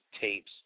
tapes